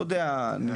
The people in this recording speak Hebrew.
לא יודע.